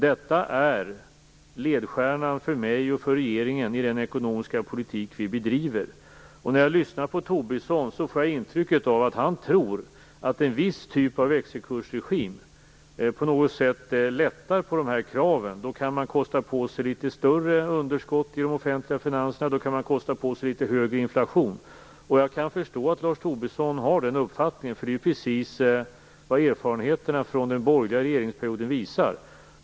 Detta är ledstjärnan för mig och för regeringen i den ekonomiska politik vi bedriver. När jag lyssnar på Lars Tobisson får jag intrycket att han tror att en viss typ av växelkursregim på något sätt lättar på de här kraven. Då kan man kosta på sig litet större underskott i de offentliga finanserna. Då kan man kosta på sig litet högre inflation. Jag kan förstå att Lars Tobisson har den uppfattningen, för det är precis vad erfarenheterna från den borgerliga regeringsperioden visar.